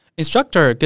instructor